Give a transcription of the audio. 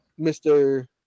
mr